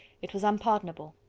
it was unpardonable.